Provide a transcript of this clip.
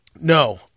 No